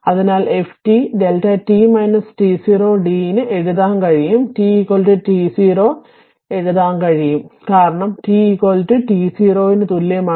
അതിനാൽ f t Δ t t0 d ന് എഴുതാൻ കഴിയും t t0 എഴുതാൻ കഴിയും കാരണം t ന് t0 ന് തുല്യമാണ്